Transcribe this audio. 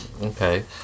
okay